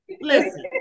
Listen